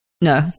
no